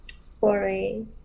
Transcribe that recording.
Sorry